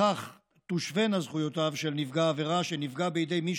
בכך תושווינה זכויותיו של נפגע עבירה שנפגע בידי מי